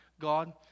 God